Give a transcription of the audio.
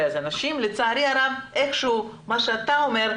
הזה נשים לצערי הרב איכשהו מה שאתה אומר,